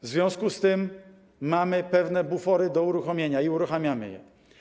W związku z tym mamy pewne bufory do uruchomienia i uruchamiamy je.